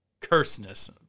curseness